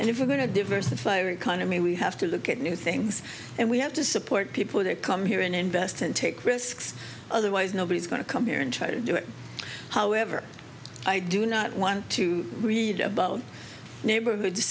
and if we're going to diversify our economy we have to look at new things and we have to support people that come here and invest and take risks otherwise nobody's going to come here and try to do it however i do not want to read about neighborhoods